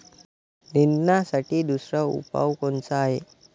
निंदनासाठी दुसरा उपाव कोनचा हाये?